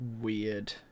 weird